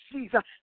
Jesus